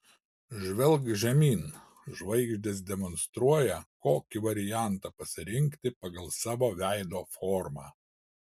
žvelk žemyn žvaigždės demonstruoja kokį variantą pasirinkti pagal savo veido formą